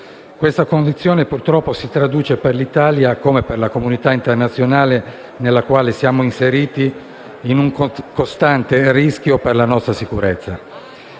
una condizione, purtroppo che, si traduce per l'Italia, come per la comunità internazionale in cui siamo inseriti, in un costante rischio per la nostra sicurezza.